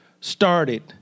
started